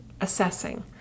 assessing